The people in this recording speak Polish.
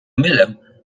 mylę